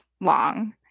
long